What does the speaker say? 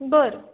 बरं